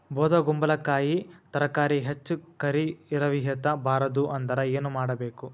ಬೊದಕುಂಬಲಕಾಯಿ ತರಕಾರಿ ಹೆಚ್ಚ ಕರಿ ಇರವಿಹತ ಬಾರದು ಅಂದರ ಏನ ಮಾಡಬೇಕು?